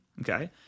Okay